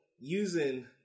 using